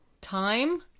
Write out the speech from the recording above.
time